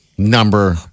Number